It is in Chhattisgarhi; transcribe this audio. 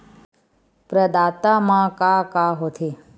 प्रदाता मा का का हो थे?